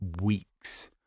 weeks